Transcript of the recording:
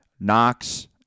Knox